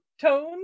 tones